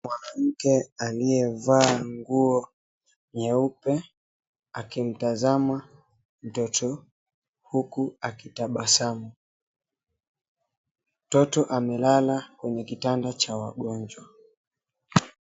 Mwanamke aliyevaa nguo nyeupe akimtazama mtoto huku akitabasamu. Mtoto amelala kwenye kitanda cha wagonjwa.